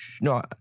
no